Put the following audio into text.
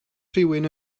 rhywun